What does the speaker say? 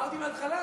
אמרתי מההתחלה.